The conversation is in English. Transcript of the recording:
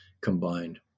combined